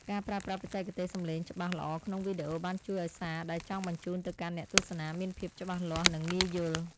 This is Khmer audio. ការប្រើប្រាស់បច្ចេកទេសសំឡេងច្បាស់ល្អក្នុងវីដេអូបានជួយឱ្យសារដែលចង់បញ្ជូនទៅកាន់អ្នកទស្សនាមានភាពច្បាស់លាស់និងងាយយល់។